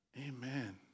Amen